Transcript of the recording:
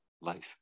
life